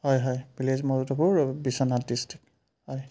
হয় হয় village Madhupur Biswanath district হয়